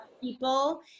people